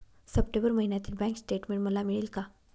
September महिन्यातील bank statement मला मिळेल का?